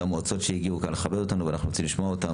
המועצות שהגיעו כאן לכבד אותנו ואנחנו רוצים לשמוע אותם.